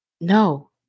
No